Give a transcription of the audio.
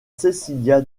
cecilia